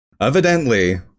evidently